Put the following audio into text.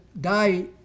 die